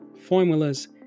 formulas